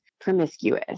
promiscuous